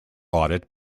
audit